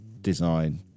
design